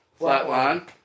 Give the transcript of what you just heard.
Flatline